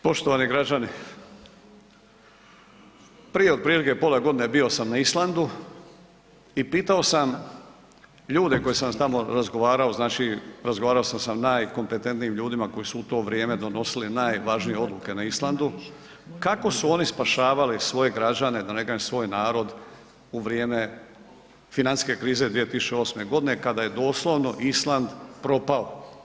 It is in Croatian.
Poštovani građani, prije otprilike pola godine bio sam na Islandu i pitao sam ljude s kojima sam tamo razgovarao, znači razgovarao sam s najkompetentnijim ljudima koji su u to vrijeme donosili najvažnije odluke na Islandu, kako su oni spašavali svoje građane, da ne kažem svoj narod u vrijeme financijske krize 2008. godine kada je doslovno Island propao.